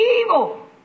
evil